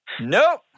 Nope